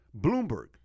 Bloomberg